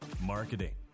marketing